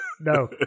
No